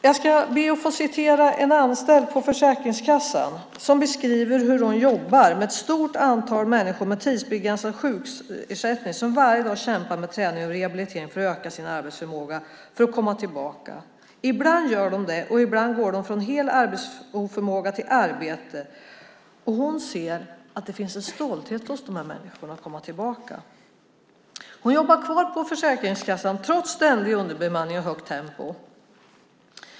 Jag ska be att få citera en anställd på Försäkringskassan som beskriver hur hon jobbar med ett stort antal människor med tidsbegränsad sjukersättning som varje dag kämpar med träning och rehabilitering för att öka sin arbetsförmåga och komma tillbaka. Ibland gör de det, och ibland går de från hel arbetsoförmåga till arbete. Hon ser att det finns en stolthet hos de här människorna över att kunna komma tillbaka. Hon jobbar kvar på Försäkringskassan trots ständig underbemanning och högt tempo.